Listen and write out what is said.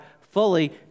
fully